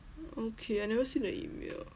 okay I never see the email